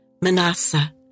Manasseh